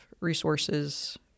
resources